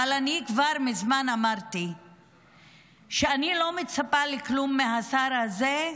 כבר מזמן אמרתי שאני לא מצפה לכלום מהשר הזה,